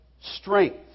strength